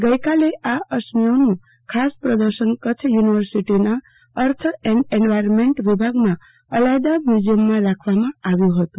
ગઈકાલે આ અશ્મિઓનુ ખાસ પ્રદર્શન કચ્છ યુનિવર્સીટીના અર્થ એન્ડ એન્વાયરમેન્ટ વિભાગમાં અલાયદા મ્યુઝિયમમાં રાખવામાં આવ્યુ હતું